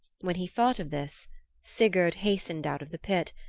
when he thought of this sigurd hastened out of the pit,